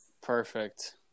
Perfect